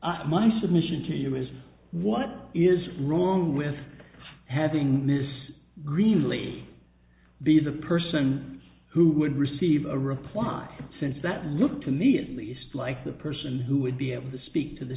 class my submission to you is what is wrong with having this greenlee's be the person who would receive a reply since that looked to me at least like the person who would be able to speak to the